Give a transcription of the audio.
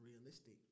realistic